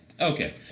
Okay